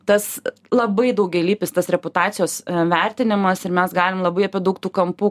tas labai daugialypis tas reputacijos vertinimas ir mes galim labai daug tų kampų